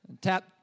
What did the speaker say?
Tap